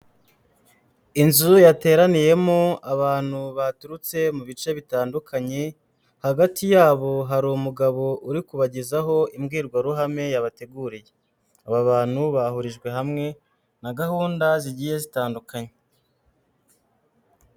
Inzu yateraniyemo abantu baturutse mu bice bitandukanye, hagati yabo hari umugabo uri kubagezaho imbwirwaruhame yabateguriye, aba bantu bahurijwe hamwe na gahunda zigiye zitandukanye.